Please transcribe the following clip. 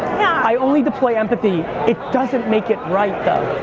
i only deploy empathy. it doesn't make it right, though.